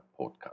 podcast